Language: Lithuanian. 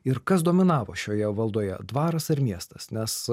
ir kas dominavo šioje valdoje dvaras ar miestas nes